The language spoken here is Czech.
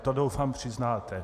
To, doufám, přiznáte.